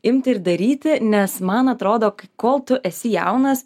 imti ir daryti nes man atrodo kol tu esi jaunas